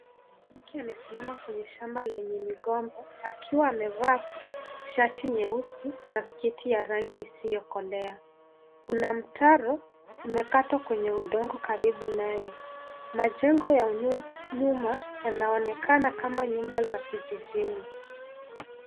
Mke amesimama kwenye shamba lenye migomba akiwa amevaa shati nyeusi na sketi ya rangi isiyokolea. Kuna mtaro imekatwa kwenye udongo karibu naye na jengo ya nyuma yanaonekana kma nyumba za kijijini.